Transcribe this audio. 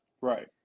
right